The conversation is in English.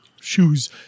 shoes